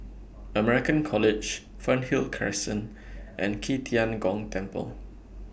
American College Fernhill Crescent and Qi Tian Gong Temple